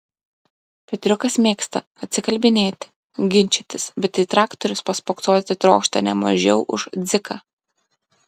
petriukas mėgsta atsikalbinėti ginčytis bet į traktorius paspoksoti trokšta ne mažiau už dziką